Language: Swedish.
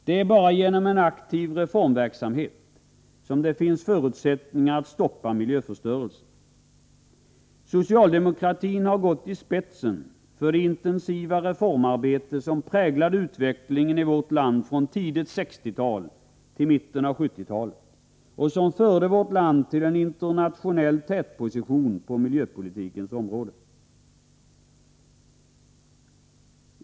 Det är bara genom en aktiv reformverksamhet som det finns förutsättningar att stoppa miljöförstörelsen. Socialdemokratin har gått i spetsen för det intensiva reformarbete som präglade utvecklingen i vårt land från tidigt 1960-tal till mitten av 1970-talet och som förde vårt land till en internationell tätposition på miljöpolitikens område.